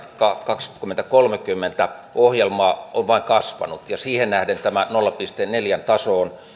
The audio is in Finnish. kaksituhattakolmekymmentä ohjelmaa on vain kasvanut ja siihen nähden tämä nolla pilkku neljän taso on